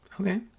Okay